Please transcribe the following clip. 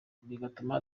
bigatuma